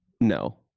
no